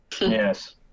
Yes